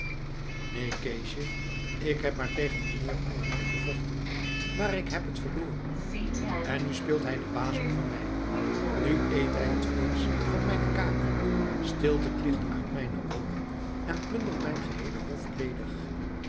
neen keesje ik heb maar tegen meneer hongerman gevochten maar ik heb het verloren en nu speelt hij den baas over mij nu eet hij het vleesch van mijne kaken steelt het licht uit mijne oogen en plundert mijn geheele